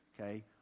okay